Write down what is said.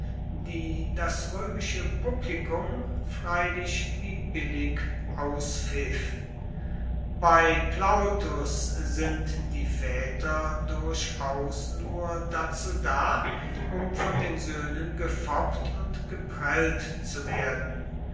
die das römische publikum freilich wie billig auspfiff bei plautus sind die väter durchaus nur dazu da um von den söhnen gefoppt und geprellt zu werden